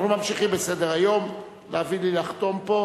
אני קובע